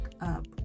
up